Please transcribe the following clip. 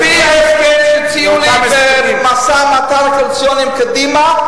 לפי ההסכם שהציעו לי במשא-ומתן הקואליציוני עם קדימה,